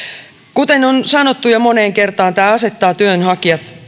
kuten on sanottu jo moneen kertaan tämä asettaa työnhakijat